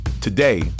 Today